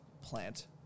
plant